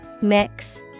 Mix